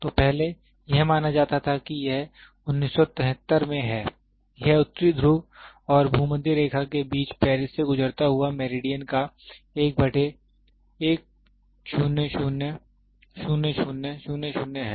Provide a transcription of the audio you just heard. तो पहले यह माना जाता था कि यह 1793 में है यह उत्तरी ध्रुव और भूमध्य रेखा के बीच पेरिस से गुजरता हुआ मेरिडियन का है